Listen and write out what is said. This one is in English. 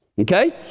okay